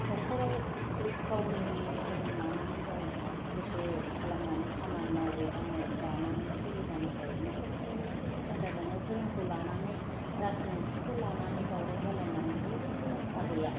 न'खराव गाव गावनि धोरोम लानानै गाव गोसो खालामनानै खामानि मावै दाङै जानानै सोलिबानो जायो न'खर संसार जानायाव धोरोमखौ लानानै राजनितिकखौ लानानै दावराव जालायनानै जेबो मुलाम्फा गैया